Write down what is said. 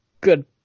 good